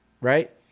Right